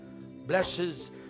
blesses